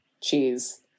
cheese